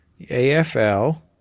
AFL